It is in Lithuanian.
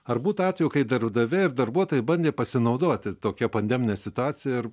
ar būta atvejų kai darbdaviai ir darbuotojai bandė pasinaudoti tokia pandemine situacija ir